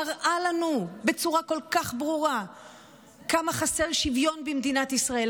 מראה לנו בצורה כל כך ברורה כמה חסר שוויון במדינת ישראל,